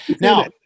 Now